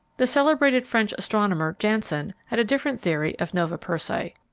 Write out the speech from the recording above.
the celebrated french astronomer, janssen, had a different theory of nova persei,